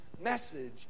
message